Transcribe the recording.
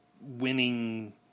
winning